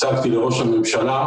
הצגתי לראש הממשלה,